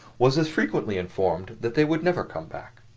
was as frequently informed that they would never come back.